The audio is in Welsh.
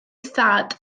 thad